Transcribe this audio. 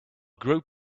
group